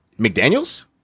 McDaniels